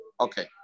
Okay